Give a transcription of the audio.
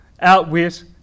outwit